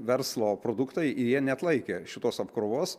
verslo produktai ir jie neatlaikė šitos apkrovos